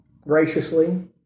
graciously